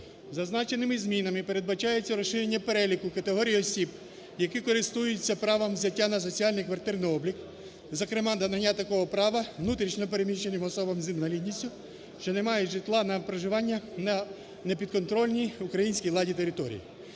Зазначеними змінами передбачається розширення переліку категорій осіб, які користуються правом взяття на соціальний квартирний облік, зокрема надання такого права внутрішньо переміщеним особам з інвалідністю, що не мають житла на проживання на непідконтрольній українській владі території.